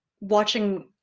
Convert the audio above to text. watching